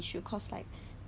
should be still there lah